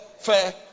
fair